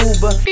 Uber